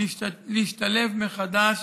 להשתלב מחדש